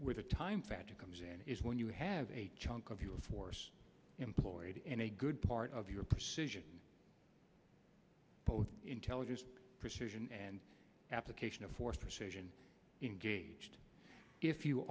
with the time factor comes in is when you have a chunk of your force employed in a good part of your pursuit both intelligence precision and application of force persuasion engaged if you